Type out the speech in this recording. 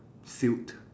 silt